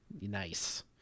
Nice